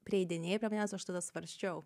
prieidinėjai prie manęs aš tada svarsčiau